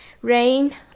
Rain